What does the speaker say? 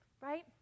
right